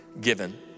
given